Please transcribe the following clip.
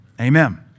Amen